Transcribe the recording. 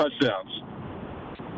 touchdowns